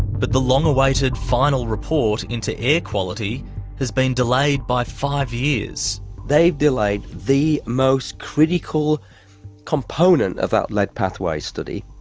but the long awaited final report into air quality has been delayed by five years. they've delayed the most critical component of that lead pathways study.